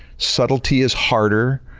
subtlety is harder.